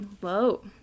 Whoa